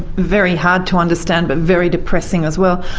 very hard to understand but very depressing as well.